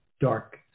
dark